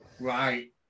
right